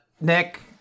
Nick